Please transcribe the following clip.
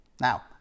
Now